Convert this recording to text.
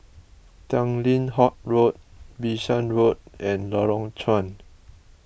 Tanglin Halt Road Bishan Road and Lorong Chuan